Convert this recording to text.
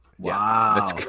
Wow